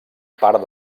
part